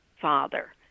father